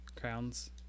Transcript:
crowns